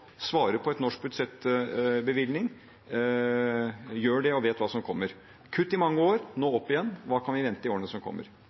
på en norsk budsjettbevilgning, gjør det og vet hva som kommer. Kutt i mange år, nå opp igjen – hva kan vi vente i årene som kommer?